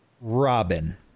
Robin